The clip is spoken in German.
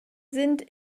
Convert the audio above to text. sind